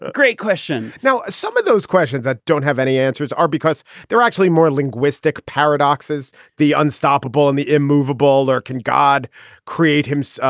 great question now some of those questions i don't have any answers are because there are actually more linguistic paradoxes the unstoppable and the immovable. can god create him. so